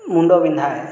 ମୁଣ୍ଡ ବିନ୍ଧା ହେ